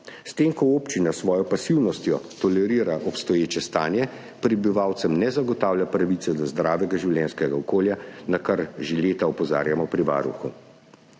S tem, ko občina s svojo pasivnostjo tolerira obstoječe stanje, prebivalcem ne zagotavlja pravice do zdravega življenjskega okolja, na kar že leta opozarjamo pri Varuhu.